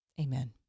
Amen